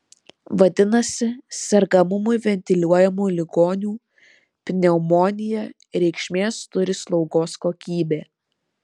vadinasi sergamumui ventiliuojamų ligonių pneumonija reikšmės turi slaugos kokybė